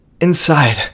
inside